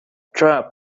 trump